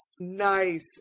nice